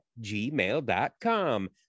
gmail.com